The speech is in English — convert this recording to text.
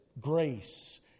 grace